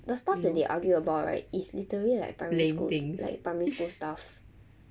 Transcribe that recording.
the stuff that they argue about right is literally like primary school like primary school stuff